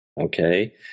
okay